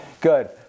Good